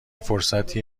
فرصتی